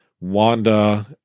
Wanda